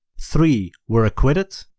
three were acquitted,